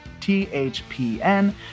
THPN